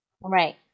Right